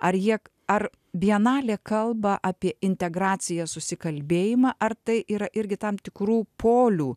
ar jie ar bienalė kalba apie integraciją susikalbėjimą ar tai yra irgi tam tikrų polių